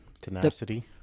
Tenacity